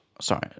sorry